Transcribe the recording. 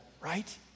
right